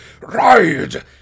Ride